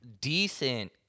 decent